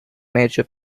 major